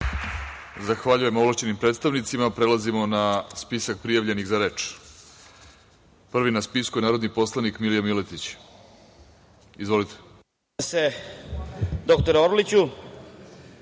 Zahvaljujem ovlašćenim predstavnicima. Prelazimo na spisak prijavljenih za reč. Prvi na spisku je narodni poslanik Milija Miletić. Izvolite.